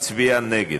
הצביע נגד.